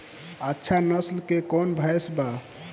अच्छा नस्ल के कौन भैंस बा?